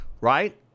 right